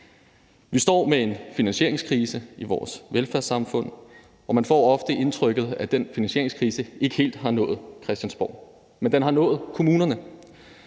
Vi står med en finansieringskrise i vores velfærdssamfund, og man får ofte indtrykket af, at den finansieringskrise ikke helt har nået Christiansborg, men den har nået kommunerne.